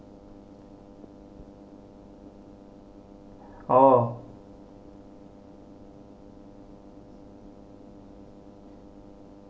oh